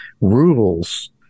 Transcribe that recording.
rules